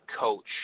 coach